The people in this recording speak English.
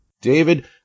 David